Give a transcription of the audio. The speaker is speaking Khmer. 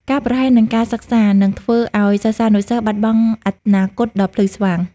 ការប្រហែសនឹងការសិក្សា នឹងធ្វើឱ្យសិស្សានុសិស្សបាត់បង់អនាគតដ៏ភ្លឺស្វាង។